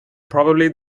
probably